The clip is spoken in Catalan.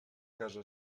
casa